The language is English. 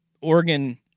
Oregon